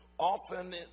Often